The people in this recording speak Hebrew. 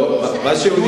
לא כבירת ישראל.